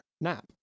nap